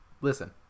listen